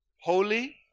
holy